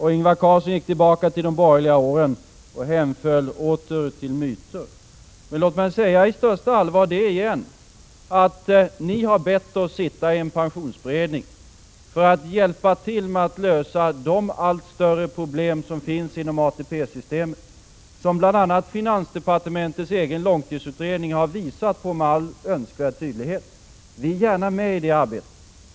Han gick tillbaka till de borgerliga åren och hemföll åter till myter. Jag vill i största allvar säga igen: Ni har bett oss sitta i en pensionsberedning för att hjälpa till med att lösa de allt större problem som finns inom ATP-systemet och som bl.a. finansdepartementets egen långtidsutredning med all önskvärd tydlighet har visat på. Vi är gärna med i detta arbete.